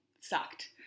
sucked